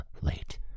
late